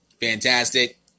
Fantastic